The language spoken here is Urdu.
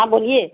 ہاں بولیے